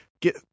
get